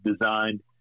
designed